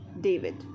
David